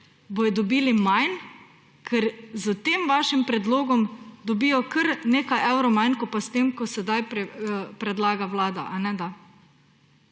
bodo dobili manj, ker s tem vašim predlogom dobijo kar nekaj evrov manj kot pa s tem, kar sedaj predlaga vlada. Tako